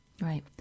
Right